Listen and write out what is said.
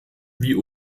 wie